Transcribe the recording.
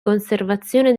conservazione